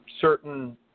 certain